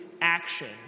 action